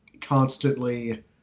constantly